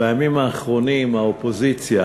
בימים האחרונים האופוזיציה